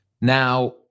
Now